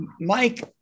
Mike